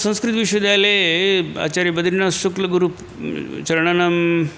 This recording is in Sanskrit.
संस्कृतविश्वविद्यालये ब् आचार्यबद्रिनाथशुक्लगुरुचरणानाम्